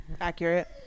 Accurate